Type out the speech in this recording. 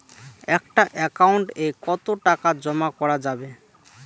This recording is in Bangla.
একটা একাউন্ট এ কতো টাকা জমা করা যাবে?